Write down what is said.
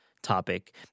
topic